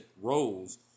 roles